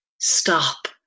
stop